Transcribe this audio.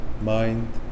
mind